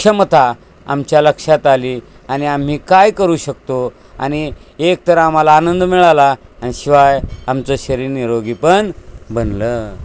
क्ष क्षमता आमच्या लक्षात आली आणि आम्ही काय करू शकतो आणि एकतर आम्हाला आनंद मिळाला आणि शिवाय आमचं शरीर निरोगीपण बनलं